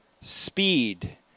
speed